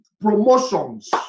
promotions